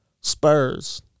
Spurs